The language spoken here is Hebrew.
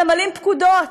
ממלאים פקודות,